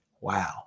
Wow